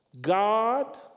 God